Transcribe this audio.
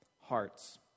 hearts